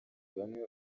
bamwe